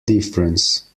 difference